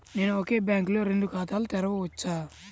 నేను ఒకే బ్యాంకులో రెండు ఖాతాలు తెరవవచ్చా?